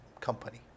company